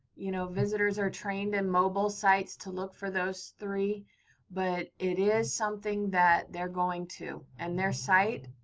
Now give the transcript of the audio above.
you know visitors are trained in mobile sites to look for those three but it is something that they're going to. and their site,